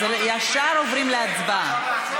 אז ישר עוברים להצבעה.